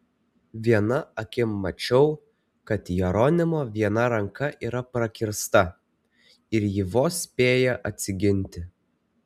viena akim mačiau kad jeronimo viena ranka yra prakirsta ir jis vos spėja atsiginti